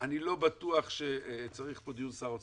אני לא בטוח שצריך פה דיון של שר האוצר.